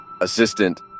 Assistant